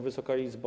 Wysoka Izbo!